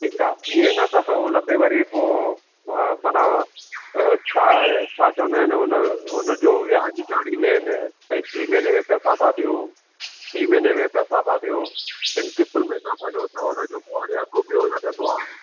ठीकु आहे इहे न त हुन ते वरी पोइ म माना छा छा चवंदा आहिनि हुन हुन जो व्याज चाढ़ींदा आहिनि भई टी महीने में पैसा था ॾियो बीं महीने में पैसा था ॾियो ॿिनि किश्तुनि में था भरियो त हुन जो पोइ वरी अघु ॿियो लॻंदो आहे